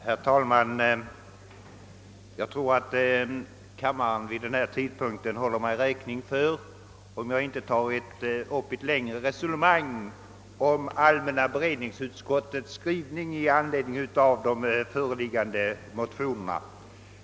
Herr talman! Jag tror att kammaren vid denna tidpunkt håller mig räkning för att jag inte tar upp något längre resonemang om allmänna beredningsutskottets skrivning med anledning av de föreliggande motionerna.